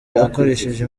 akoresheje